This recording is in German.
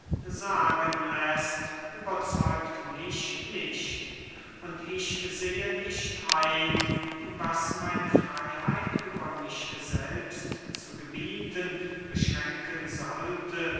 sagen läßt überzeugt mich nicht und ich sehe nicht ein was meine freyheit über mich selbst zu gebieten beschränken sollte